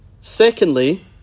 Secondly